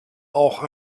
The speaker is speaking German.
auch